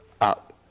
up